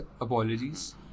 apologies